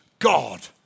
God